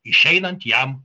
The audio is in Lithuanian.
išeinant jam